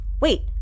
Wait